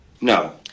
No